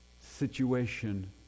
situation